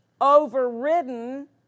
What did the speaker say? overridden